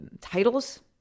titles